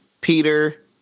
Peter